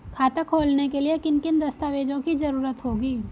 खाता खोलने के लिए किन किन दस्तावेजों की जरूरत होगी?